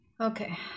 okay